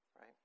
right